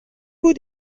بود